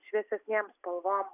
šviesesnėm spalvom